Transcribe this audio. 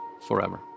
forever